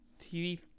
TV